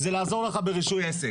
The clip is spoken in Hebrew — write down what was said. זה הרישוי העצמי.